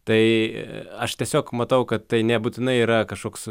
tai aš tiesiog matau kad tai nebūtinai yra kažkoks